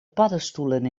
paddenstoelen